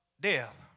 death